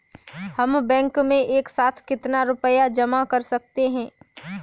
हम बैंक में एक साथ कितना रुपया जमा कर सकते हैं?